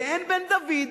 ואין בן דוד.